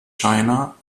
china